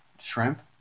Shrimp